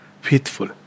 Faithful